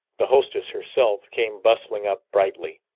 the hostess herself came bustling up brightly.